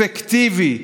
אפקטיבי,